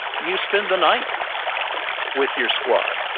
you spend the night with your squad.